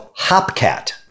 Hopcat